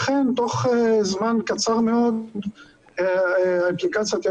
לכן תוך זמן קצר מאוד האפליקציה תהיה